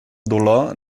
dolor